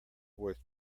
worth